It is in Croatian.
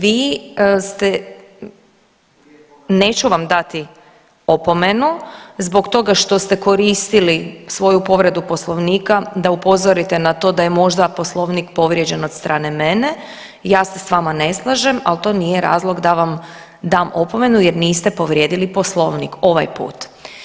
Vi ste, neću vam dati opomenu zbog toga što ste koristili svoju povredu Poslovnika da upozorite na to da je možda Poslovnik povrijeđen od strane mene, ja se s vama ne slažem, ali to nije razlog da vam dam opomenu jer niste povrijedili Poslovnik, ovaj put.